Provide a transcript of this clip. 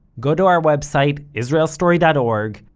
go to our website, israelstory dot org,